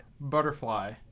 Butterfly